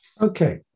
Okay